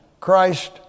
Christ